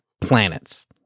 planets